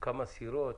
כמה סירות?